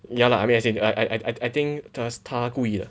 ya lah I mean as in I I I I I think does 他故意的